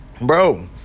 Bro